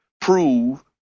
prove